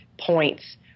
points